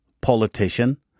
politician